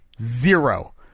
Zero